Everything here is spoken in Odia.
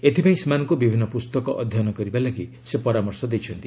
ଏଥିପାଇଁ ସେମାନଙ୍କୁ ବିଭିନ୍ନ ପୁସ୍ତକ ଅଧ୍ୟୟନ କରିବା ପାଇଁ ସେ ପରାମର୍ଶ ଦେଇଛନ୍ତି